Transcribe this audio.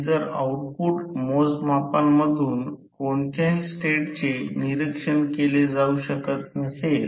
म्हणजे याचा अर्थ म्हणजे ज्याला E2 म्हणतात E2 2 V2 I2 Re2 2 I2 XE2 2 √ अंतर्गत असेल